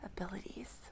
abilities